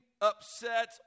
upset